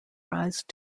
rise